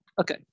okay